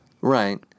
Right